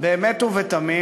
באמת ובתמים